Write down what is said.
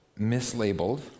mislabeled